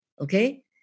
Okay